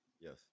yes